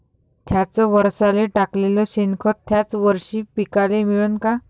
थ्याच वरसाले टाकलेलं शेनखत थ्याच वरशी पिकाले मिळन का?